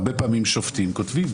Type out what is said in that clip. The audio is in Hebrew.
הרבה פעמים שופטים כותבים